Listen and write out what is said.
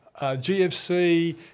GFC